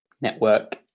network